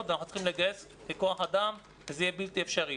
ואנחנו צריכים לגייס כוח אדם וזה יהיה בלתי אפשרי.